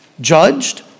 judged